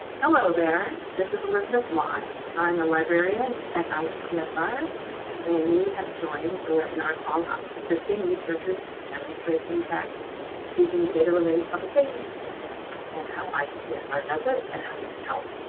hello there, this is elizabeth moss. i'm a librarian at icpsr and you have joined the webinar called ah assisting researchers demonstrate impact using data-related publications and how icpsr does it, and how you can help.